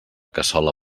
cassola